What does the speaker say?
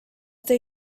they